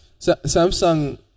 Samsung